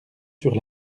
sur